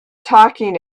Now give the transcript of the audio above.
talking